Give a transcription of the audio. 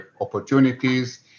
opportunities